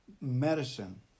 medicine